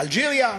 אלג'יריה.